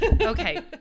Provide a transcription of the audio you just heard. Okay